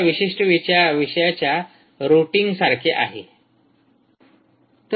त्या विशिष्ट विषयाच्या रुटिंगसारखे आहे